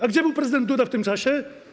A gdzie był prezydent Duda w tym czasie?